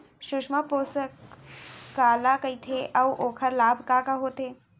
सुषमा पोसक काला कइथे अऊ ओखर लाभ का का होथे?